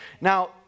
Now